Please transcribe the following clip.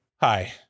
Hi